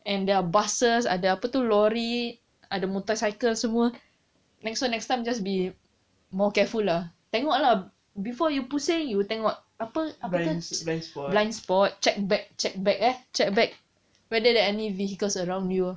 and there are buses ada apa tu lorry ada motorcycles semua nex~ so next time just be more careful lah tengok lah before you pusing you tengok apa apa tu blind spot check back check back eh check back whether there any vehicles around you ah